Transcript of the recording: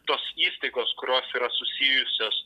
tos įstaigos kurios yra susijusios